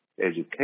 education